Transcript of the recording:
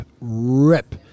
rip